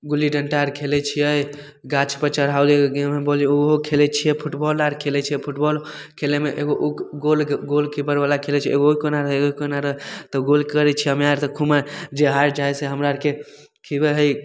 गुल्ली डन्टा आर खेलै छिए गाछपर चढ़ैवला गेम बोललिए ओहो खेलै छिए फुटबॉल आर खेलै छिए फुटबॉल खेलैमे एगो गोलके गोलकीपरवला खेलै छिए एगो ओइ कोना रहै एगो ई कोना रहै तऽ गोल करै छिए हमे आर तऽ खुमै जे हारि जाइ हइ से हमरा आरके खिएबै हइ